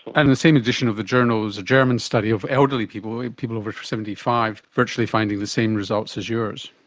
and in the same edition of the journal, there's a german study of elderly people, people over seventy five, virtually finding the same results as yours.